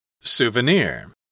souvenir